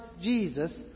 jesus